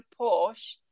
Porsche